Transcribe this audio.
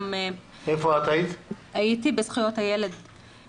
בקרה של משרד הבריאות ונותנים שירות כוללני לילדים האלה.